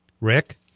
Rick